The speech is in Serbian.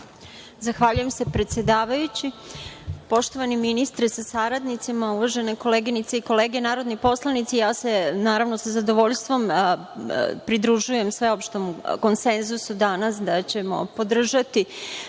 Zahvaljujem se predsedavajući. Poštovani ministre sa saradnicima, uvažene koleginice i kolege narodni poslanici ja se sa zadovoljstvom pridružujem sveopštem konsenzusu da ćemo podržati